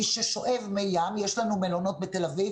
מי ששואב מי ים יש לנו מלונות בתל אביב,